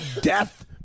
death